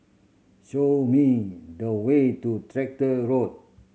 show me the way to Tractor Road